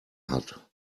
hat